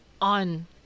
on